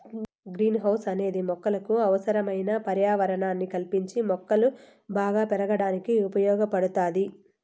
green house అనేది మొక్కలకు అవసరమైన పర్యావరణాన్ని కల్పించి మొక్కలు బాగా పెరగడానికి ఉపయోగ పడుతాది